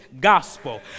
gospel